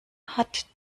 hat